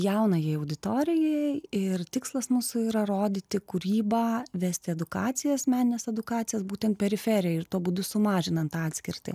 jaunajai auditorijai ir tikslas mūsų yra rodyti kūrybą vesti edukacijas menines edukacijas būtent periferiją ir tuo būdu sumažinant atskirtį